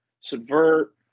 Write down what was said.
subvert